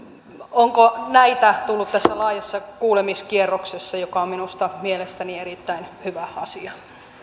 onko näitä tullut tässä laajassa kuulemiskierroksessa joka on mielestäni erittäin hyvä asia